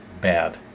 bad